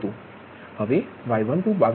હવે Y12 22